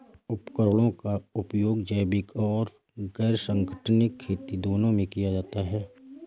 उपकरणों का उपयोग जैविक और गैर संगठनिक खेती दोनों में किया जाता है